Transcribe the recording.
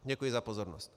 Děkuji za pozornost.